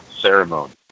ceremony